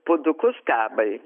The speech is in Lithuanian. puodukus kavai